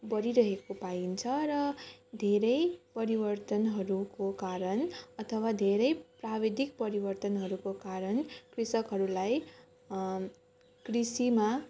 बढिरहेको पाइन्छ र धेरै परिवर्तनहरूको कारण अथवा धेरै प्राविधिक परिवर्तनहरूको कारण कृषकहरूलाई कृषिमा